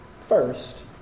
first